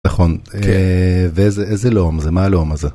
נכון, ואיזה לאום זה, מה הלאום הזה?